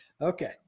Okay